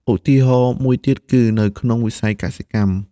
ឧទាហរណ៍មួយទៀតគឺនៅក្នុងវិស័យកសិកម្ម។